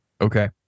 Okay